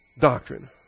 doctrine